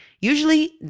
usually